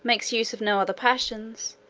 makes use of no other passions,